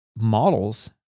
models